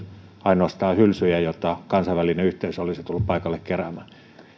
ainoastaan hylsyjä joita kansainvälinen yhteisö olisi tullut paikalle keräämään